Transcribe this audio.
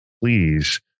Please